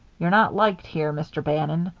you're not liked here, mr. bannon,